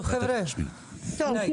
טוב, חבר'ה, די.